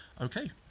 Okay